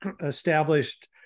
established